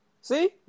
See